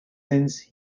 since